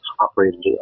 operated